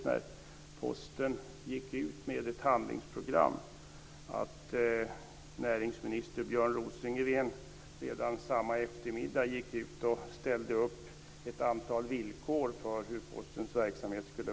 När Posten gick ut med ett handlingsprogram gick näringsminister Björn Rosengren redan samma eftermiddag ut och ställde upp ett antal villkor för Postens verksamhet.